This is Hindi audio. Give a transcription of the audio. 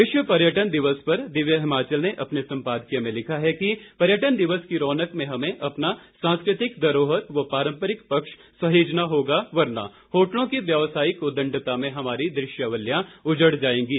विश्व पर्यटन दिवस पर दिव्य हिमाचल ने अपने संपादकीय में लिखा है कि पर्यटन दिवस की रौनक में हमें अपना सांस्कृतिक धरोहर व पारंपरिक पक्ष सहजना होगा वरना होटलों की व्यवसायिक उदंडता में हमारी दृश्यवलियां उजड़ जाएंगी